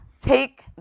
take